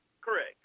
Correct